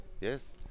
yes